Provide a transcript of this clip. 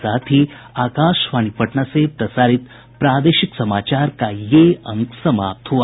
इसके साथ ही आकाशवाणी पटना से प्रसारित प्रादेशिक समाचार का ये अंक समाप्त हुआ